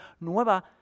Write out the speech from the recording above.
nueva